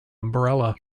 umbrella